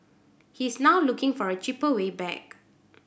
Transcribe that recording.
he is now looking for a cheaper way back